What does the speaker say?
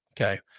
Okay